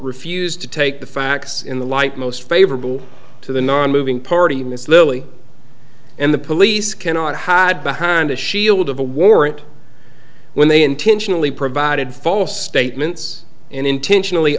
refused to take the facts in the light most favorable to the nonmoving party miss lilly and the police cannot hide behind the shield of a warrant when they intentionally provided false statements and intentionally